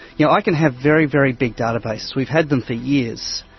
you know i can have very, very big databases, we've had them for years,